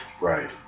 Right